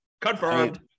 Confirmed